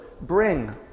bring